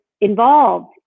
involved